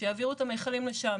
שיעבירו את המכלים לשם